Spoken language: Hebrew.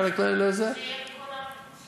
זה יהיה בכל הארץ.